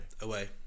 Away